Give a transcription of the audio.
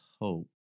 hope